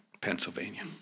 Pennsylvania